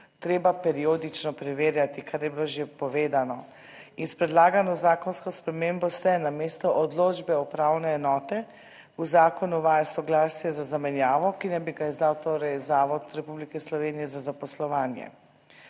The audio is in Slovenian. treba periodično preverjati, kar je bilo že povedano in s predlagano zakonsko spremembo se namesto odločbe upravne enote, v zakon uvaja soglasje za zamenjavo, ki naj bi ga izdal torej Zavod Republike Slovenije za zaposlovanje.